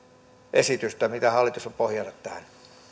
esitystä mitä hallitus on pohjannut tähän